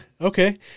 Okay